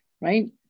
right